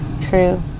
true